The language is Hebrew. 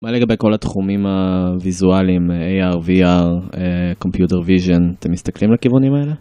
מה לגבי כל התחומים הוויזואליים, AR, VR, Computer Vision, אתם מסתכלים לכיוונים האלה?